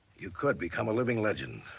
you could become. a living legend.